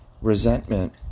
resentment